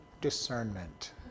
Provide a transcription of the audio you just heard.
discernment